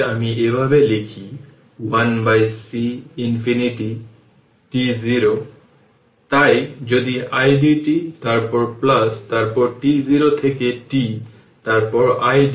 এখন energy absorb resistor এ energy যদিও যে কোন সময় t W R t 0 শুধুমাত্র 0 থেকে t p dt ইন্টিগ্রেট করুন